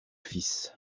fils